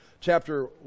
Chapter